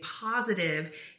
positive